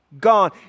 gone